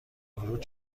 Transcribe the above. ورود